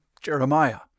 Jeremiah